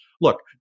Look